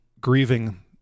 grieving